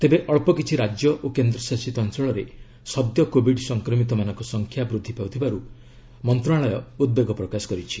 ତେବେ ଅଳ୍ପ କିଛି ରାଜ୍ୟ ଓ କେନ୍ଦ୍ରଶାସିତ ଅଞ୍ଚଳରେ ସଦ୍ୟ କୋବିଡ୍ ସଂକ୍ରମିତମାନଙ୍କ ସଂଖ୍ୟା ବୃଦ୍ଧି ପାଉଥିବାରୁ ମନ୍ତ୍ରଣାଳୟ ଉଦ୍ବେଗ ପ୍ରକାଶ କରିଛି